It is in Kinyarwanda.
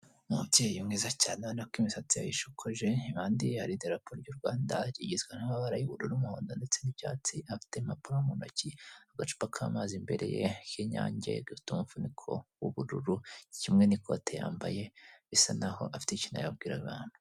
Umubyeyi mwiza cyane ubona ko imisatsi yayishokoje, impande ye hari idarapo ry'u Rwanda rigizwe n'amabara arimo ubururu, umuhondo ndetse n'icyatsi, afite impapuro mu ntoki n'agacupa k'amazi imbere ye kinyange, gafite umufuniko w'ubururu kimwe n'ikote yambaye bisa nkaho afite ikintu arabwira abantu.